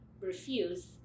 refuse